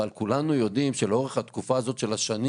אבל כולנו יודעים שלאורך התקופה הזאת של השנים